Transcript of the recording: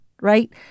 right